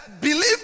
believe